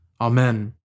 Amen